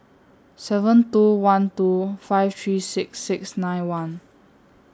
seven two one two five three six six nine one